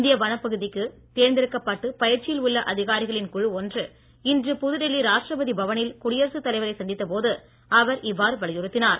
இந்திய வனப் பணிக்குத் தேர்ந்தெடுக்கப்பட்டு பயிற்சியில் உள்ள அதிகாரிகளின் குழு ஒன்று இன்று புதுடெல்லி ராஷ்டிரபதி பவனில் குடியரசுத் தலைவரை சந்தித்த போது அவர் இவ்வாறு வலியுறுத்தினார்